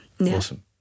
Awesome